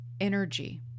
energy